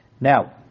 Now